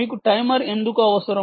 మీకు టైమర్ ఎందుకు అవసరం